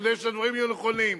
כדי שהדברים יהיו נכונים.